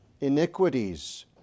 iniquities